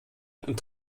und